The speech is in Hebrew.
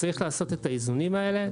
צריך לעשות את האיזונים האלה,